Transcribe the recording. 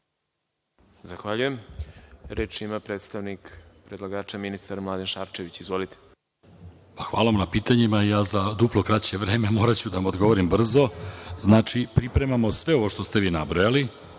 Zahvaljujem. Reč ima predstavnik predlagača, ministar Mladen Šarčević. Izvolite. **Mladen Šarčević** Hvala vam na pitanjima i ja za duplo kraće vreme moraću da vam odgovorim brzo. Znači, pripremamo sve ovo što ste vi nabrojali,